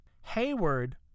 Hayward